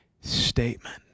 statement